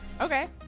Okay